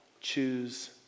choose